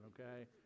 okay